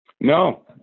No